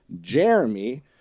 Jeremy